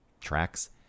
tracks